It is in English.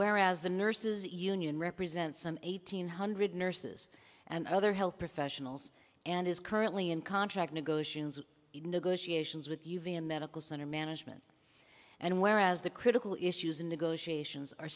whereas the nurses union represents some one thousand five hundred nurses and other health professionals and is currently in contract negotiations in negotiations with u v a medical center management and whereas the critical issues in negotiations are